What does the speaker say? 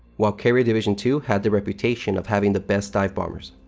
while carrier division two had the reputation of having the best dive bombers.